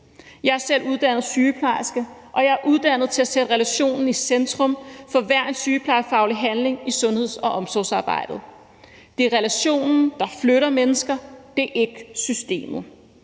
Jeg er selv uddannet sygeplejerske, og jeg er uddannet til at sætte relationen i centrum for hver en sygeplejefaglig handling i sundheds- og omsorgsarbejdet. Det er relationen, der flytter mennesker; det er ikke systemet.